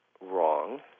wrong